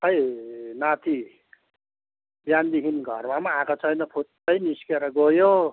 खै नाति बिहानदेखि घरमा पनि आएको छैन फुत्तै निस्केर गयो